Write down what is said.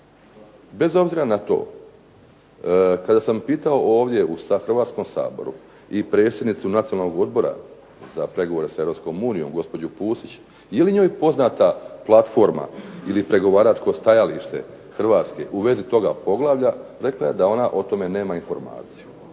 Bez obzira na to kada sam pitao ovdje u Hrvatskom saboru i predsjednicu Nacionalnog odbora za pregovore sa Europskom unijom gospođu Pusić, je li njoj poznata platforma ili pregovaračko stajalište Hrvatske u vezi toga poglavlja, rekla je da ona o tome nema informaciju.